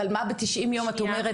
אבל מה ב-90 יום את אומרת?